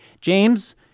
James